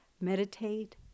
Meditate